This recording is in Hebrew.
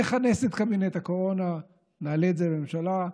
נכנס את קבינט הקורונה, נעלה את זה לממשלה.